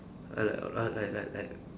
I like horror like like like